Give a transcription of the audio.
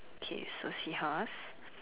okay so seahorse